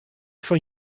fan